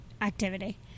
activity